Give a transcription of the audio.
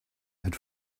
had